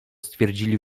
stwierdzili